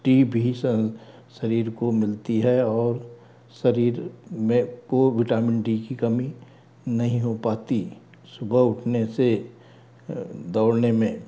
D भी शरीर को मिलती है और शरीर में को विटामिन डी की कमी नहीं हो पाती सुबह उठने से दौड़ने में